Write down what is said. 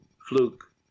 fluke